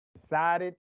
decided